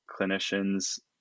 clinicians